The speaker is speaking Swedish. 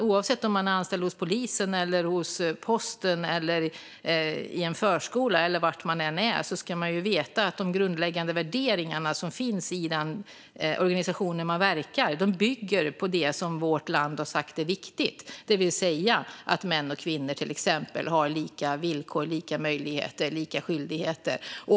Oavsett om man är anställd hos polisen, hos posten, i en förskola och så vidare ska man veta att de grundläggande värderingar som finns i den organisation där man verkar bygger på det som vårt land har sagt är viktigt, det vill säga till exempel att män och kvinnor har lika villkor, lika möjligheter och lika skyldigheter.